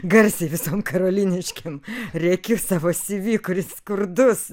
garsiai visom karoliniškėm rėkiu savo cv kuris skurdus